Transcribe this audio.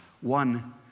one